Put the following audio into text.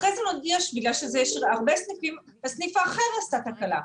ואחר כך בסניף אחר הייתה תקלה.